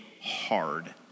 hard